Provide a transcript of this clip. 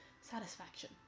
satisfaction